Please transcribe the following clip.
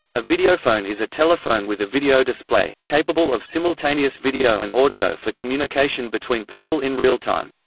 a videophone is a telephone with a video display, capable of simultaneous video and audio for communication between people in real-time.